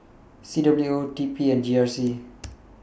C W O T P and G R C